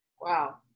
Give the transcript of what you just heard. Wow